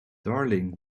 darling